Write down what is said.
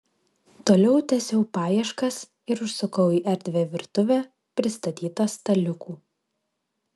toliau tęsiau paieškas ir užsukau į erdvią virtuvę pristatytą staliukų